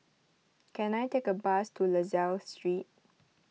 can I take a bus to La Salle Street